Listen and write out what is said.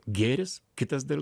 gėris kitas dar